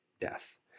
death